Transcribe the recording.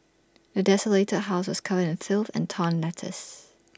the desolated house was covered in filth and torn letters